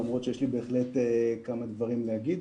למרות שיש לי כמה דברים להגיד.